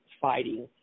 fighting